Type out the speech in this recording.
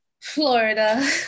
Florida